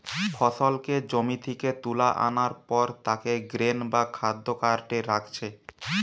ফসলকে জমি থিকে তুলা আনার পর তাকে গ্রেন বা খাদ্য কার্টে রাখছে